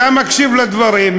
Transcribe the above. אתה מקשיב לדברים,